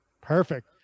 Perfect